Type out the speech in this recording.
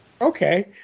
Okay